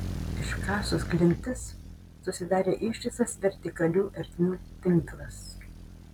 iškasus klintis susidarė ištisas vertikalių ertmių tinklas